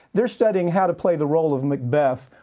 they're studying how to play the role of macbeth,